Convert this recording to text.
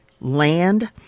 land